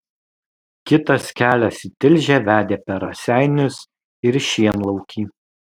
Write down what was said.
kitas kelias į tilžę vedė per raseinius ir šienlaukį